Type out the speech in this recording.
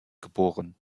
geboren